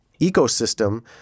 ecosystem